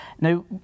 Now